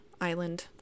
island